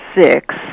six